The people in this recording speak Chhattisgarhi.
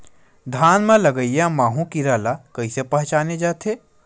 धान म लगईया माहु कीरा ल कइसे पहचाने जाथे?